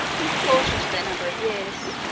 in proportion to their number of years,